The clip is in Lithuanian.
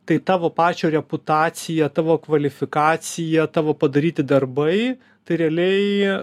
tai tavo pačio reputacija tavo kvalifikacija tavo padaryti darbai tai realiai